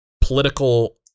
political